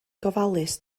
gofalus